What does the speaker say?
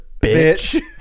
bitch